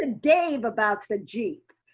and dave about the jeep.